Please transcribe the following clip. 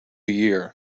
year